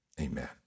amen